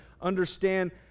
understand